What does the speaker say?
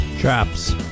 Traps